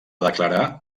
declarar